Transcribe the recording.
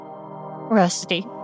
Rusty